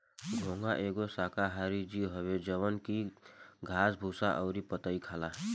घोंघा एगो शाकाहारी जीव हवे जवन की घास भूसा अउरी पतइ खाला